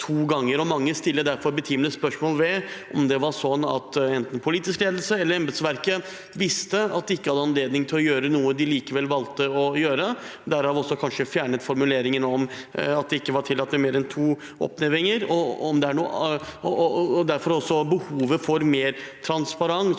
Mange stiller derfor betimelige spørsmål ved om det var sånn at enten politisk ledelse eller embetsverket visste at de ikke hadde anledning til å gjøre noe de likevel valgte å gjøre – derav kanskje også fjernet formuleringen om at det ikke var tillatt med mer enn to oppnevninger – og om det derfor er behov for mer transparens.